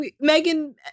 Megan